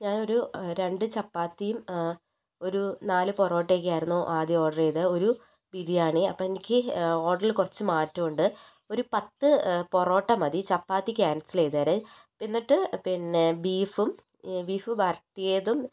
ഞാൻ ഒരു രണ്ട് ചപ്പാത്തിയും ഒരു നാല് പൊറോട്ടയൊക്കെ ആയിരുന്നു ആദ്യം ഓർഡർ ചെയ്തത് ഒരു ബിരിയാണി അപ്പോൾ എനിക്ക് ഓർഡറിൽ കുറച്ച് മാറ്റം ഉണ്ട് ഒരു പത്ത് പൊറോട്ട മതി ചപ്പാത്തി ക്യാൻസൽ ചെയ്തേര് എന്നിട്ട് പിന്നെ ബീഫും ബീഫ് വരട്ടിയതും